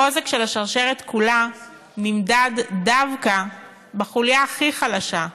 החוזק של השרשרת כולה נמדד דווקא בחוליה הכי חלשה,